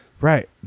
Right